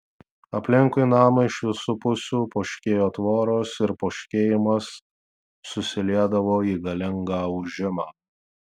aplinkui namą iš visų pusių poškėjo tvoros ir poškėjimas susiliedavo į galingą ūžimą